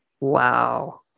Wow